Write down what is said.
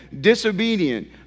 disobedient